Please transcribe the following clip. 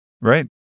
Right